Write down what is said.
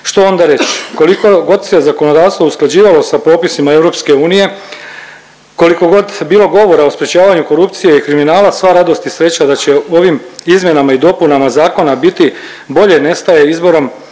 Što onda reći? Koliko god se zakonodavstvo usklađivalo sa propisima EU, koliko god bilo govora o sprječavanju korupcije i kriminala, sva radost i sreća da će ovim izmjenama i dopunama zakona biti bolje nestaje izborom